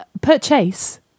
purchase